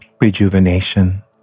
rejuvenation